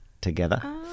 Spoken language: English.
together